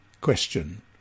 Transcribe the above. Question